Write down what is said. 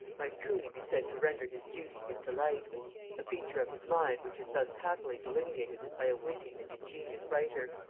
might truly be said to render his duty his delight a feature of his mind which is thus happily delineated by a witty and ingenious writer.